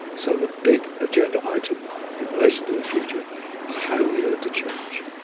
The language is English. so the big agenda item in relation to the future is how we learn to change.